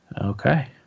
Okay